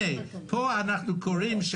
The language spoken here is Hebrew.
הליכים פליליים שהיום אנחנו נוקטים כלפי בעלי עסקים,